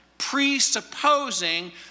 presupposing